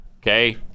Okay